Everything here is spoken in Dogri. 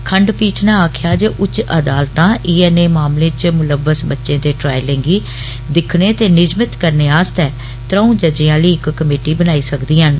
खण्डपीठ नै आक्खेआ जे उच्च अदालतां इयै नेह मामलें च गुलव्वस बच्चे दे ट्रायलें गी दिक्खने ते निजमित करने आस्तै त्रौंऊ जजे आली इक कमेटी बनाई सकदिया न